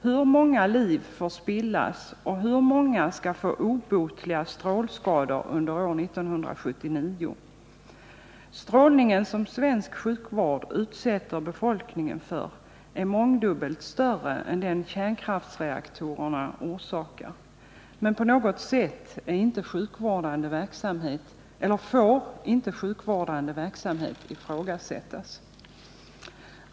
Hur många liv får spillas och hur många skall få obotliga strålskador under år 1979? Strålningen som svensk sjukvård utsätter befolkningen för är mångdubbelt större än den kärnkraftsreaktorerna orsakar. Men på något sätt får sjukvårdande verksamhet inte ifrågasättas.